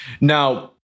Now